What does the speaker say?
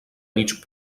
mig